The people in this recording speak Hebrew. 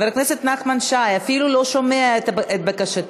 חבר הכנסת נחמן שי אפילו לא שומע את בקשתי.